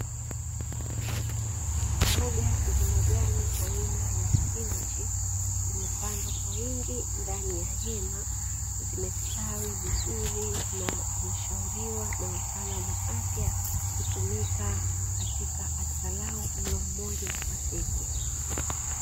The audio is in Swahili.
Mboga za majani aina ya spinachi, zimepandwa kwa wingi ndani ya hema, zimestawi vizuri na zinashauliwa na wataalamu wa afya, kutumika katika angalau mlo mmoja kwa siku.